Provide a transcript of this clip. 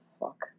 fuck